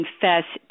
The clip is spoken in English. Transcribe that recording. confess